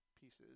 pieces